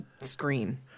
screen